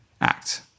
act